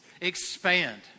expand